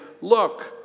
Look